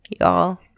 Y'all